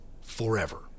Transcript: forever